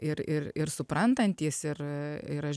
ir ir ir suprantantys ir ir aš